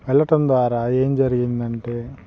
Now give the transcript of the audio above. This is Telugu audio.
వెళ్ళటం ద్వారా ఏం జరిగిందంటే